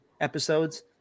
episodes